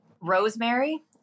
Rosemary